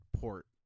port